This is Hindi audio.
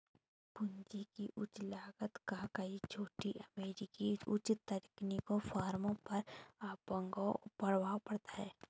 पूंजी की उच्च लागत का कई छोटी अमेरिकी उच्च तकनीकी फर्मों पर अपंग प्रभाव पड़ता है